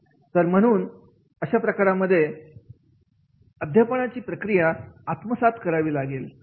तर म्हणून अशा प्रकारांमध्ये अध्यापनाची प्रक्रिया आत्मसात करावी लागेल